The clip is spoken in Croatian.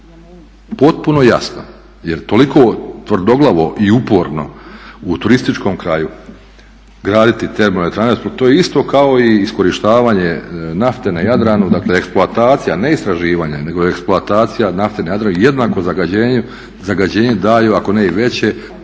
Potpuno jasno, jer toliko tvrdoglavo i uporno u turističkom kraju graditi termoelektrane. To je isto kao i iskorištavanje nafte na Jadranu, dakle eksploatacija ne istraživanje, nego eksploatacija nafte na Jadranu jednako zagađenje daju ako ne i veće